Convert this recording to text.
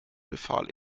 befahl